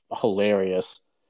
hilarious